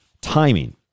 timing